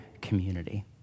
community